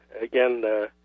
again